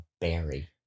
berry